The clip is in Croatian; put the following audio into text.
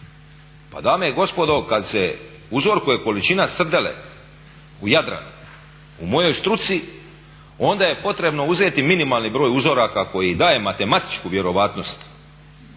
Pa dame i gospodo, kada se uzorkuje količina srdele u Jadrane u mojoj struci onda je potrebno uzeti minimalni broj uzoraka koji daje matematičku vjerojatnost